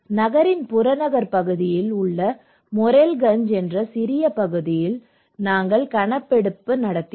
நகரின் புறநகர் பகுதியில் உள்ள மொரெல்கஞ்ச் என்ற சிறிய பகுதியில் நாங்கள் கணக்கெடுப்பு நடத்தினோம்